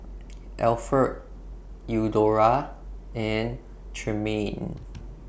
Alferd Eudora and Tremayne